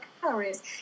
calories